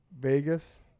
Vegas